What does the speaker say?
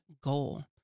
goal